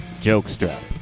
Jokestrap